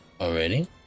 Already